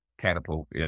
catapult